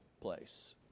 place